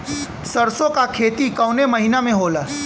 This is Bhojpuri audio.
सरसों का खेती कवने महीना में होला?